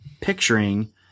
picturing